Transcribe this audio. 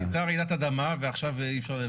היתה רעידת אדמה ועכשיו אי-אפשר.